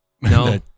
No